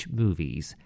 movies